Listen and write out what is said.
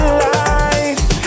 life